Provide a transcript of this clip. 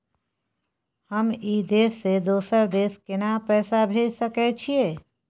हम ई देश से दोसर देश केना पैसा भेज सके छिए?